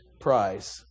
prize